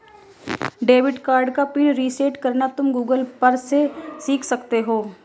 debit card का PIN reset करना तुम गूगल पर से सीख सकते हो